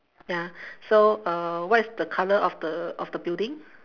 ya so uh what is the colour of the of the building